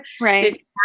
Right